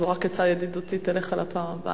זו רק עצה ידידותית אליך לפעם הבאה,